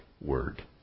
word